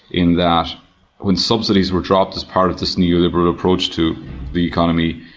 in that when subsidies were dropped as part of this new liberal approach to the economy,